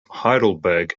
heidelberg